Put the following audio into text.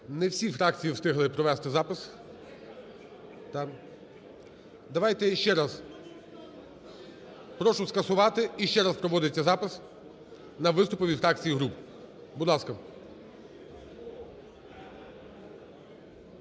Не всі фракції встигли провести запис. Давайте ще раз. Прошу скасувати і ще раз проводиться запис на виступи від фракцій і груп. Будь ласка.